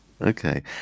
Okay